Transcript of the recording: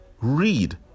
Read